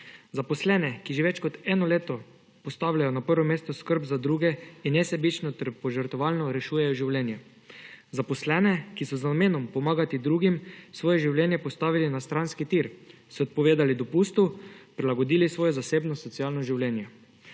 Zaposlene, ki že več kot eno leto postavljajo na prvo mesto skrb za druge in nesebično ter požrtvovalno rešujejo življenja. Zaposlene, ki so z namenom pomagati drugim svoje življenje postavili na stranski tir, se odpovedali dopustu, prilagodili svoje zasebno socialno življenje.